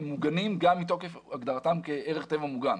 הם מוגנים גם מתוקף הגדרתם כערך טבע מוגן.